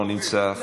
לא נמצא,